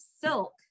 Silk